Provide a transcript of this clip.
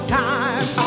time